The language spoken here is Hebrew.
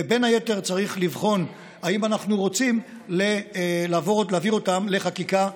ובין היתר צריך לבחון אם אנחנו רוצים להעביר אותם לחקיקה.